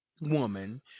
woman